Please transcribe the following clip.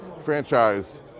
franchise